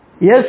Yes